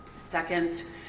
Second